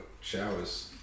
showers